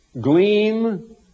gleam